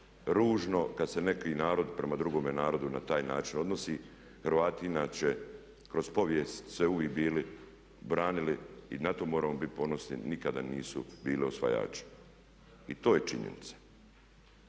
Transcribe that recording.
ružno kad se neki narod prema drugome narodu na taj način odnosi. Hrvati inače kroz povijest su se uvijek bili branili. I na to moramo biti ponosni. Nikada nisu bili osvajači. I to je činjenica.